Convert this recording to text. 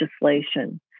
legislation